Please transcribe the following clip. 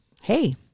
hey